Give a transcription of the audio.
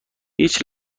هیچ